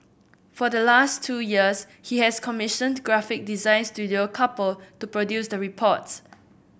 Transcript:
for the last two years he has commissioned graphic design Studio Couple to produce the reports